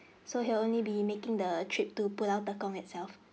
so he'll only be making the trip to pulau tekong itself